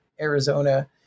Arizona